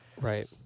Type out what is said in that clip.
Right